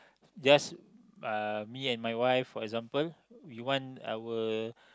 just uh me and my wife for example we want our